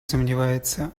сомневается